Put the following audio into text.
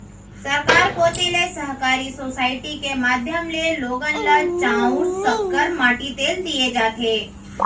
सरकार कोती ले सहकारी सोसाइटी के माध्यम ले लोगन ल चाँउर, सक्कर, माटी तेल दिये जाथे